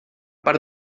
part